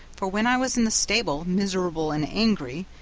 for when i was in the stable, miserable and angry,